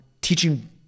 teaching